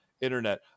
internet